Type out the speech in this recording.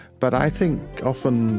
but i think often,